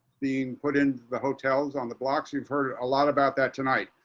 being put in the hotels on the blocks. you've heard a lot about that tonight.